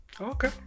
okay